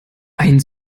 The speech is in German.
ein